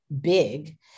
big